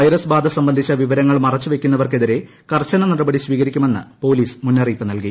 വൈറസ്ബാധ സംബന്ധിച്ച വിവരങ്ങൾ മറച്ചുവയ്ക്കുന്നവർക്കെതിരെ കർശന നടപടി സ്വീകരിക്കുമെന്ന് പൊലീസ് മുന്നറിയിപ്പ് നൽകി